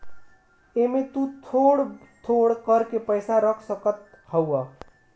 एमे तु थोड़ थोड़ कर के पैसा रख सकत हवअ